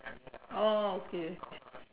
oh okay